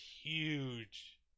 huge